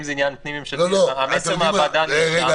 אם זה עניין פנים ממשלתי המסר מהוועדה נרשם,